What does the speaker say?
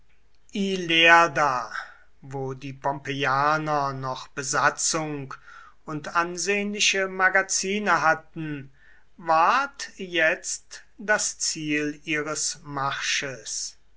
ilerda wo die pompeianer noch besatzung und ansehnliche magazine hatten ward jetzt das ziel ihres marsches